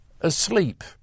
asleep